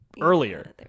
earlier